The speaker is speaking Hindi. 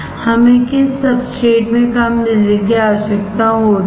हमें किस सब्सट्रेट में कम बिजली की आवश्यकता होती है